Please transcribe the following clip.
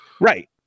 Right